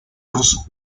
ruso